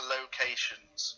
Locations